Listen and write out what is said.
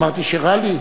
אני אמרתי שרע לי?